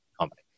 Company